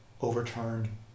overturned